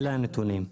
אלה הנתונים.